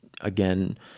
again